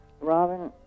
Robin